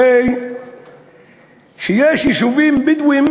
הרי כשיש יישובים בדואיים